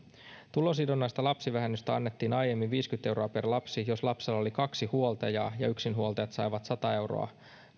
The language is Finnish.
tulosidonnaista lapsivähennystä annettiin aiemmin viisikymmentä euroa per lapsi jos lapsella oli kaksi huoltajaa ja yksinhuoltajat saivat sata euroa